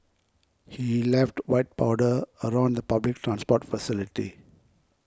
he left white powder around the public transport facility